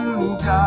God